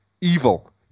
evil